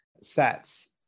sets